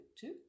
Two